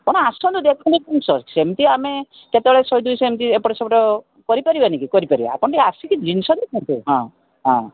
ଆପଣ ଆସନ୍ତୁ ଦେଖନ୍ତୁ ଜିନିଷ ସେମିତି ଆମେ କେତେବେଳେ ଶହେ ଦୁଇଶହ ଏମିତି ଏପଟ ସେପଟ କରି ପାରିବାନି କି କରି ପାରିବା ଆପଣ ଟିକେ ଆସିକି ଜିନିଷ ଦେଖନ୍ତୁ ହଁ ହଁ